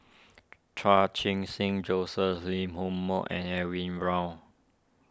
Char Qing Sing Joseph Lee Home Moh and Edwin Brown